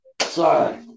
Sorry